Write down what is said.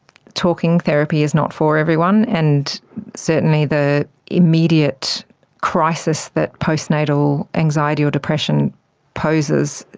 talking therapy is not for everyone, and certainly the immediate crisis that post-natal anxiety or depression poses,